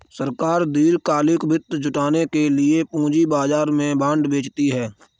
सरकार दीर्घकालिक वित्त जुटाने के लिए पूंजी बाजार में बॉन्ड बेचती है